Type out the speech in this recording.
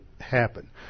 happen